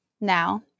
now